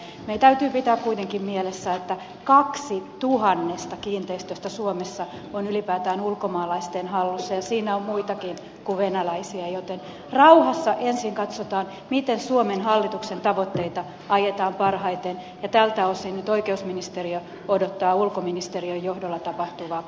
meidän täytyy pitää kuitenkin mielessä että kaksi tuhannesta kiinteistöistä suomessa on ylipäätään ulkomaalaisten hallussa ja siinä joukossa on muitakin kuin venäläisiä joten rauhassa ensin katsotaan miten suomen hallituksen tavoitteita ajetaan parhaiten ja tältä osin oikeusministeriö nyt odottaa ulkoministeriön johdolla tapahtuvaa prosessia